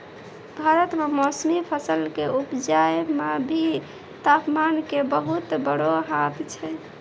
भारत मॅ मौसमी फसल कॅ उपजाय मॅ भी तामपान के बहुत बड़ो हाथ छै